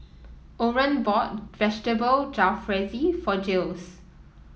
Orren bought Vegetable Jalfrezi for Jiles